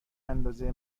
اندازه